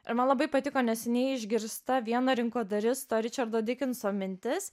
ir man labai patiko neseniai išgirsta viena rinkodaristo ričardo dikenso mintis